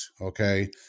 okay